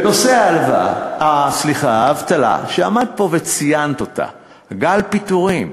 בנושא האבטלה, שעמדת פה וציינת אותה, גל פיטורים.